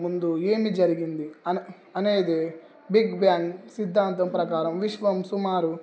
ముందు ఏమి జరిగింది అ అనేది బిగ్ బ్యాంగ్ సిద్ధాంతం ప్రకారం విశ్వం సుమారు